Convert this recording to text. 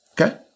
okay